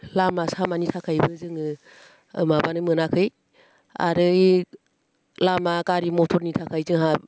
लामा सामानि थाखायबो जोङो माबानो मोनाखै आरो लामा गारि मथरनि थाखाय जोंहा